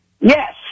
Yes